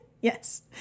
Yes